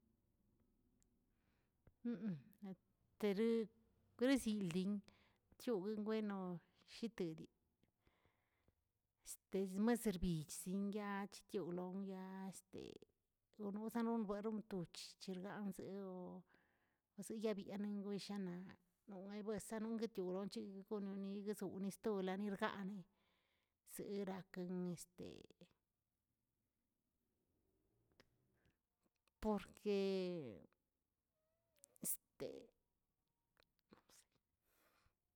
gresi senldin tioguiꞌ bueno jitedi, es mas servis chzin yaa chetionlgonyaa este yonozan rogueno cherganzeꞌ wsiyabieneꞌn gwishanaꞌ, noybuisaꞌ nogatioꞌchi gunoni gusoꞌ nistonaꞌnirgaani, seraknə por que.